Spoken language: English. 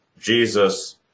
Jesus